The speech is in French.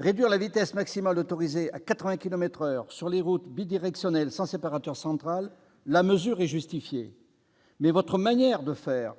Réduire la vitesse maximale autorisée à 80 kilomètres par heure sur les routes bidirectionnelles sans séparateur central, la mesure est justifiée. Reste que votre manière de faire